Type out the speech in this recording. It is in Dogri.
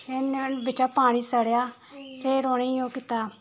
फिर नुआड़े बिच्चा पानी सड़ेआ फिर उ'नेंगी ओह् कीता